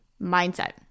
mindset